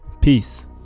peace